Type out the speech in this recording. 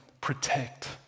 protect